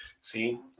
See